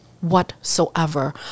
whatsoever